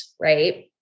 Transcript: right